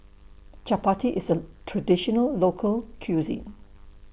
Chapati IS A Traditional Local Cuisine